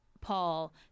Paul